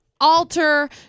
alter